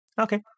Okay